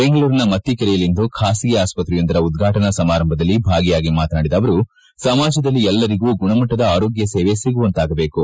ಬೆಂಗಳೂರಿನ ಮತ್ತಿಕೆರೆಯಲ್ಲಿಂದು ಖಾಸಗಿ ಆಸ್ವತ್ರೆಯೊಂದರ ಉದ್ಘಾಟನಾ ಸಮಾರಂಭದಲ್ಲಿ ಭಾಗಿಯಾಗಿ ಮಾತನಾಡಿದ ಅವರು ಸಮಾಜದಲ್ಲಿ ಎಲ್ಲರಿಗೂ ಗುಣಮಟ್ಟದ ಆರೋಗ್ಯ ಸೇವೆ ಸಿಗುವಂತಾಗಬೇಕು